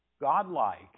godlike